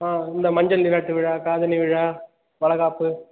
ஆ இந்த மஞ்சள் நீராட்டு விழா காதணி விழா வளைகாப்பு